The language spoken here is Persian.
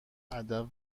ادب